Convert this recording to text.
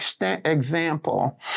example